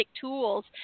tools